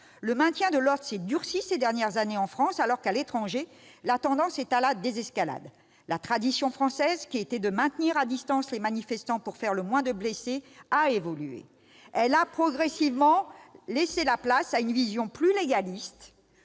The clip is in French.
le maintien de l'ordre s'est durci ces dernières années en France, alors qu'à l'étranger la tendance est à la désescalade ». Et M. Cahn de préciser :« La tradition française, qui était de maintenir à distance les manifestants pour faire le moins de blessés, a évolué. Elle a progressivement laissé la place à une vision plus légaliste